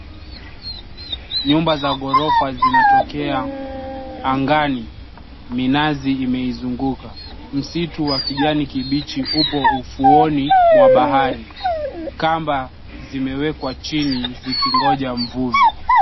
Nyumba za ghorofa zinatokea angani minazi imeizunguka. Misitu wa kijani kibichi upo ufuoni mwa bahari. Kamba zimewekwa chini zikingoja mvuvi.